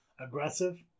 aggressive